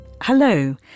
Hello